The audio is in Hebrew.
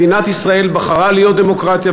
מדינת ישראל בחרה להיות דמוקרטיה,